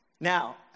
Now